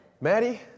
Maddie